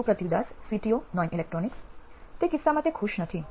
સુપ્રતિવ Das CTO નોઇન electronics તે કિસ્સામાં તે ખુશ નથી